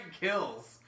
kills